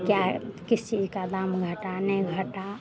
क्या किस चीज़ का दाम घटा नहीं घटा